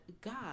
God